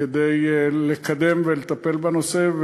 כדי לקדם, לטפל בנושא.